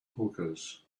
hookahs